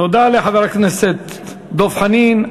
תודה לחבר הכנסת דב חנין.